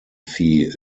fee